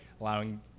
allowing